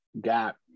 gap